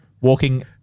walking